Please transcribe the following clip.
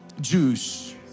Jews